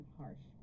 harsh